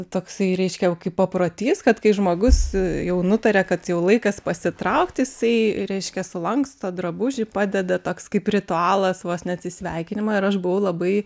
toksai reiškia kaip paprotys kad kai žmogus jau nutarė kad jau laikas pasitraukti jisai reiškia sulanksto drabužį padeda toks kaip ritualas vos ne atsisveikinimo ir aš buvau labai